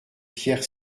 pierre